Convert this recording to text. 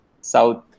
South